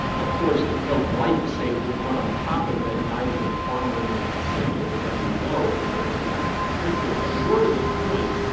of course, if no glyphosate were put on top of it, neither the farmer nor monsanto would ever know that there was an act of infringement. but more to the point,